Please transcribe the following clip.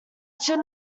should